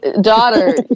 daughter